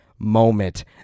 moment